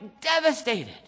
Devastated